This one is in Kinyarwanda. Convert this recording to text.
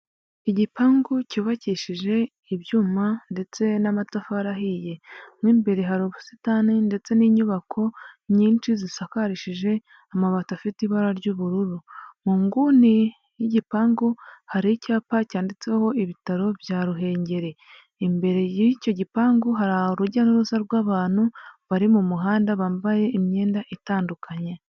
Igipangu cyubakishije ibyuma ndetse n'amatafari ahiye, mu imbere hari ubusitani ndetse n'inyubako nyinshi zisakarishije amabati afite ibara ry'ubururu, mu nguni y'igipangu hari icyapa cyanditseho ibitaro bya ruhengeri, imbere y'icyo gipangu hari urujya n'uruza rw'abantu bari mu muhanda bambaye imyenda itandukanye.